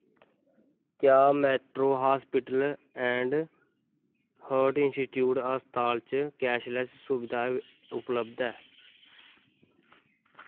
क्या Metro Hospital and Heart Institute अस्पताल च कैशलैस्स सुबधा उपलब्ध ऐ